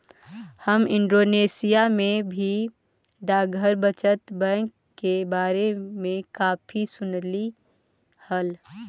हम इंडोनेशिया में भी डाकघर बचत बैंक के बारे में काफी सुनली हल